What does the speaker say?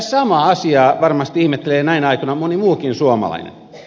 samaa asiaa varmasti ihmettelee näinä aikoina moni muukin suomalainen